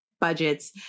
budgets